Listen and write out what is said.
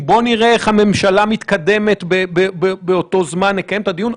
כשאתה מזקק את הנתונים,